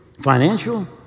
financial